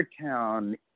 Town